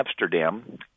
Amsterdam